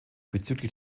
bezüglich